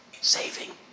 saving